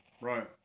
right